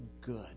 good